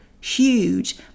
huge